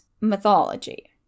mythology